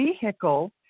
vehicle